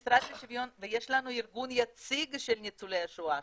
ויש לנו ארגון יציג של ניצולי שואה,